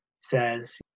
says